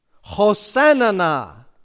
Hosanna